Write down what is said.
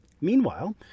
Meanwhile